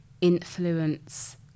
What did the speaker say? influence